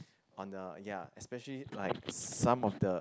on the ya especially like some of the